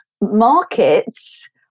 markets